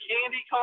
Candy